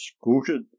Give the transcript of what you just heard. scooted